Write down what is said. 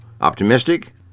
Optimistic